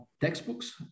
textbooks